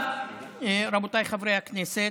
רבותיי חברי הכנסת,